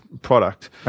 product